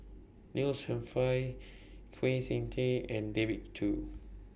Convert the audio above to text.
Neil Humphreys Kwek Siew Jin and David Kwo